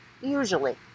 usually